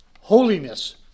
holiness